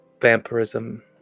Vampirism